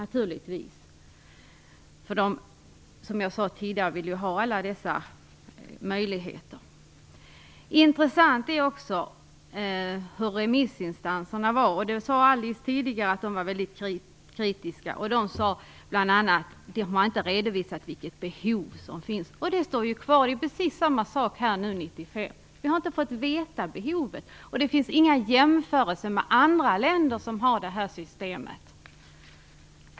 Man vill ju, som jag sade tidigare, ha alla dessa möjligheter. Intressant är också hur remissinstanserna reagerade. Alice Åström sade tidigare att de var mycket kritiska. De sade bl.a. att man inte har redovisat vilket behov som finns. Detta kvarstår. Det är precis samma sak nu, 1995. Vi har inte fått veta behovet. Och det finns inga jämförelser med andra länder som har det här systemet.